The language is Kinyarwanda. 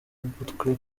ugutwi